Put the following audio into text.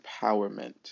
empowerment